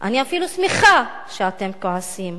אני אפילו שמחה שאתם כועסים.